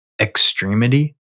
extremity